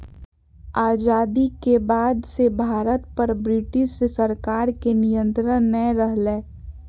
आजादी के बाद से भारत पर ब्रिटिश सरकार के नियत्रंण नय रहलय